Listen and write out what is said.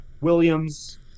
Williams